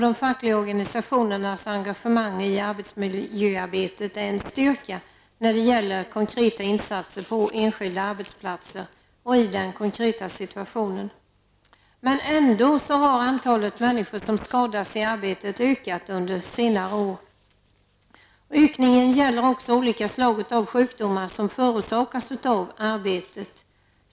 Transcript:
De fackliga organisationernas engagemang i arbetsmiljöarbetet är en styrka när det gäller insatser på enskilda arbetsplatser och i den konkreta situationen. Men ändå har antalet människor som skadas i arbetet ökat under senare år. Ökningen gäller också olika slag av sjukdomar som förorsakats av arbetet.